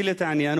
תגדיל את העניין,